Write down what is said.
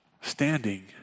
standing